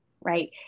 right